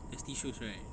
there's tissues right